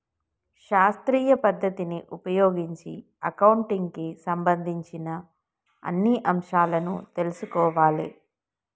శాస్త్రీయ పద్ధతిని ఉపయోగించి అకౌంటింగ్ కి సంబంధించిన అన్ని అంశాలను తెల్సుకోవాలే